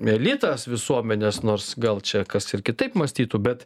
elitas visuomenės nors gal čia kas ir kitaip mąstytų bet